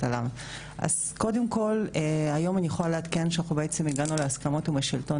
היום אני יכולה לעדכן שהגענו להסכמות עם השלטון